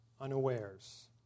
unawares